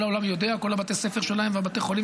כל העולם יודע שכל בתי הספר שלהם ובתי החולים